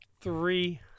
Three